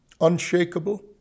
unshakable